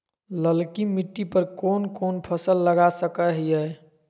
ललकी मिट्टी पर कोन कोन फसल लगा सकय हियय?